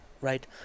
right